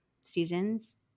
seasons